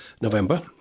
November